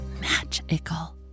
magical